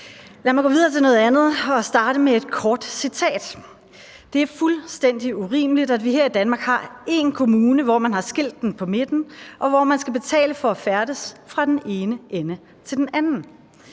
Lad mig gå videre til noget andet og starte med et kort citat: »Det er fuldstændig urimeligt, at vi her i Danmark har én kommune, hvor man har skilt den ad på midten, og hvor man skal betale for at færdes fra den ene ende til den anden.«